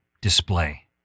display